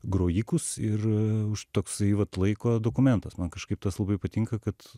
grojikus ir už toks vat laiko dokumentas man kažkaip tas labai patinka kad